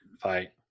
Fight